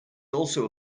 also